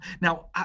Now